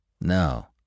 No